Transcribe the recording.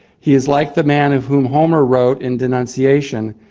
he is like the man of whom homer wrote in denunciation,